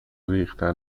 ریختن